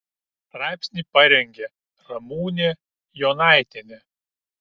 straipsnį parengė ramūnė jonaitienė